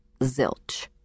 Zilch